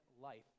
life